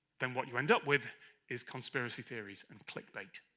then what you end up with is conspiracy theories and clickbait.